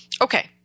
Okay